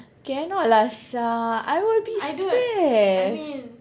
cannot lah sia I will be stressed